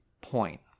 point